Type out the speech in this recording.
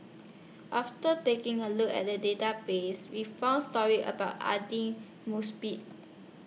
after taking A Look At The Database We found stories about Aidli Mosbit